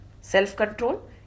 self-control